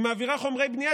היא מעבירה חומרי בנייה,